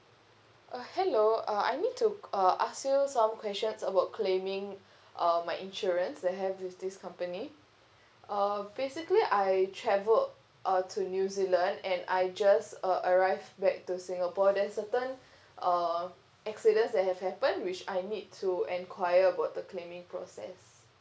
uh hello uh I need to uh ask you some questions about claiming uh my insurance that I have with this company uh basically I travelled uh to new zealand and I just uh arrived back to singapore there's certain uh accidents that have happened which I need to enquire about the claiming process